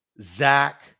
zach